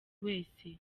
wese